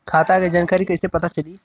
खाता के जानकारी कइसे पता चली?